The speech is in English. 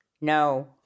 No